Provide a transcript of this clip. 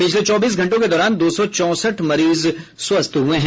पिछले चौबीस घंटों के दौरान दो सौ चौंसठ मरीज स्वस्थ हुए हैं